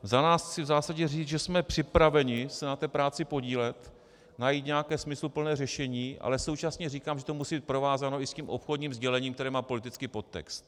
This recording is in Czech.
Za nás chci v zásadě říct, že jsme připraveni se na té práci podílet, najít nějaké smysluplné řešení, ale současně říkám, že to musí být provázáno i s tím obchodním sdělením, které má politický podtext.